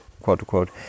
quote-unquote